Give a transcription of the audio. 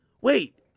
Wait